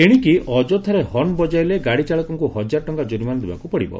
ଏଣିକି ଅଯଥାରେ ହର୍ଣ୍ଡ ବଜାଇଲେ ଗାଡ଼ି ଚାଳକଙ୍କୁ ହଜାରେ ଟଙ୍କା ଜୋରିମାନା ଦେବାକୁ ପଡ଼ିବ